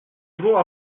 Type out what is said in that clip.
voulons